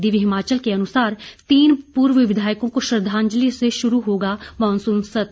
दिव्य हिमाचल के अनुसार तीन पूर्व विधायकों को श्रद्दांजलि से शुरू होगा मॉनसून सत्र